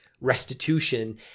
restitution